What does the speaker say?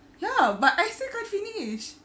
ya but I still can't finish